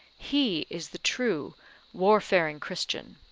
he is the true warfaring christian.